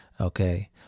okay